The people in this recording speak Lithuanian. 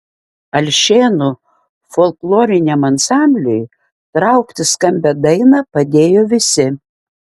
alšėnų folkloriniam ansambliui traukti skambią dainą padėjo visi